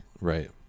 right